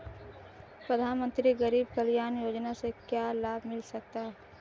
प्रधानमंत्री गरीब कल्याण योजना से क्या लाभ मिल सकता है?